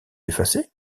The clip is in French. effacé